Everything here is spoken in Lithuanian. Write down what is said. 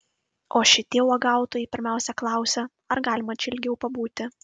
o šitie uogautojai pirmiausia klausia ar galima čia ilgiau pabūti